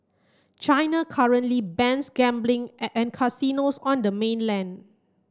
China currently bans gambling and casinos on the mainland